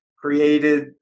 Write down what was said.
created